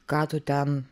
ką tu ten